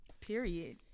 Period